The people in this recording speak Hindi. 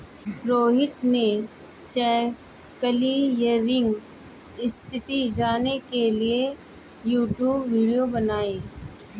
रोहित ने चेक क्लीयरिंग स्थिति जानने के लिए यूट्यूब वीडियो बनाई